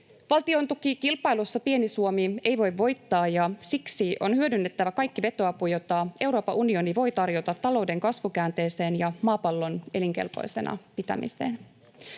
Valtiontukikilpailussa pieni Suomi ei voi voittaa, ja siksi on hyödynnettävä kaikki vetoapu, jota Euroopan unioni voi tarjota talouden kasvukäänteeseen ja maapallon elinkelpoisena pitämiseen.